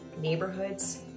neighborhoods